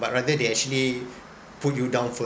but rather they actually put you down